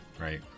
right